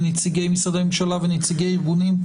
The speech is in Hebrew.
לנציגי משרדי ממשלה ונציגי ארגונים,